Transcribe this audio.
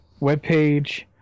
webpage